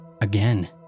Again